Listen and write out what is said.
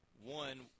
one